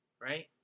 right